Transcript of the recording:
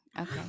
Okay